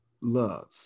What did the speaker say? love